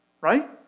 right